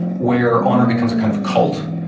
where honor becomes a kind of cult,